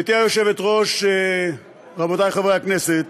גברתי היושבת-ראש, רבותי חברי הכנסת,